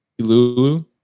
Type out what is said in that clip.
Lulu